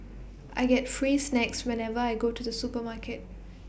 I get free snacks whenever I go to the supermarket